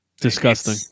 disgusting